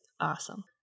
awesome